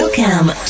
Welcome